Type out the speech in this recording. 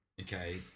okay